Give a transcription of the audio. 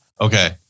Okay